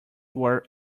were